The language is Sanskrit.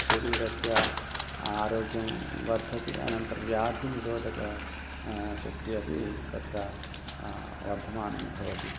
शरीरस्य आरोग्यं वर्धते अनन्तरं व्याधिनिरोधक शक्तिः अपि तत्र वर्धमानं भवति